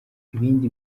ibindi